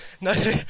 No